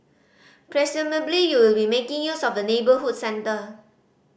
presumably you will be making use of the neighbourhood centre